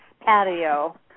patio